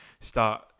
start